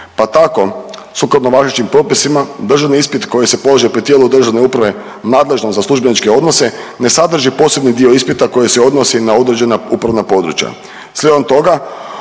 Pa tako sukladno važećim propisima državni ispit koji se polaže pred tijelom državne uprave nadležno za službeničke odnose ne sadrži posebni dio ispita koji se odnosi na određena upravna područja.